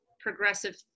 progressive